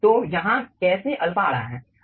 तो यहाँ कैसे अल्फा आ रहा है